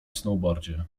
snowboardzie